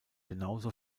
genauso